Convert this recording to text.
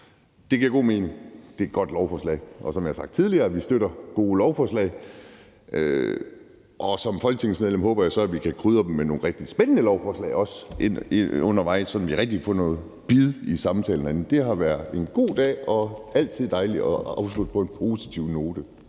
Det giver god mening, og det er et godt lovforslag, og som jeg har sagt tidligere, støtter vi gode lovforslag. Og som folketingsmedlem håber jeg så, at vi undervejs også kan krydre med nogle rigtig spændende lovforslag, sådan at vi rigtig kan få noget bid i samtalerne herinde. Det har været en god dag, og det er altid dejligt at afslutte på en positiv note.